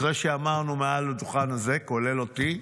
אחרי שאמרנו מעל הדוכן הזה, כולל אני: